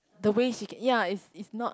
the way she can ya it's it's not